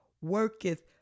worketh